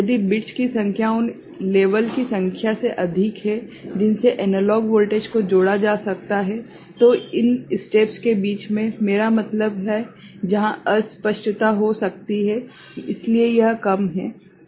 यदि बिट्स की संख्या उन स्तरों की संख्या से अधिक है जिनसे एनालॉग वोल्टेज को जोड़ा जा सकता है तो इन स्टेप्स के बीच में मेरा मतलब है जहां अस्पष्टता हो सकती है इसलिए यह कम है ठीक है